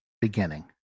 beginning